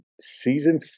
season